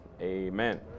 Amen